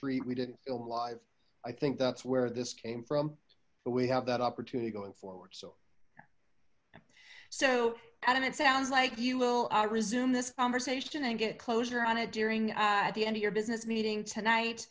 etreat we didn't film live i think that's where this came from but we have that opportunity going forward so so adam it sounds like you will resume this conversation and get closure on it during at the end of your business meeting tonight